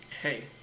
Hey